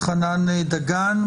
חנן דגן,